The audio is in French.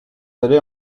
allez